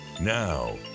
Now